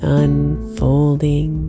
unfolding